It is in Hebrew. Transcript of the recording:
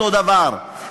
אותו דבר.